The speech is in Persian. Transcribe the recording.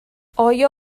آیا